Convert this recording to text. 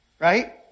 right